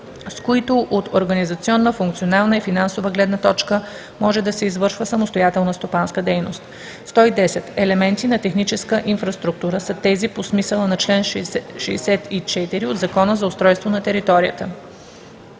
с които от организационна, функционална и финансова гледна точка може да се извършва самостоятелна стопанска дейност. 110. „Елементи на техническа инфраструктура“ са тези по смисъла на чл. 64 от Закона за устройство на територията.